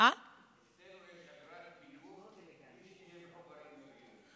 אצלנו יש אגרת ביוב בלי שנהיה מחוברים לביוב.